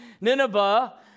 Nineveh